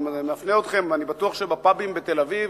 אני מפנה אתכם, אני בטוח שבפאבים בתל-אביב